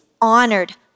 honored